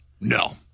No